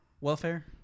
Welfare